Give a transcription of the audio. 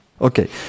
okay